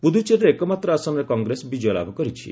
ପୁଦ୍ରୁଚେରୀରେ ଏକମାତ୍ର ଆସନରେ କଂଗ୍ରେସ ବିଜୟ ଲାଭ କରିଛି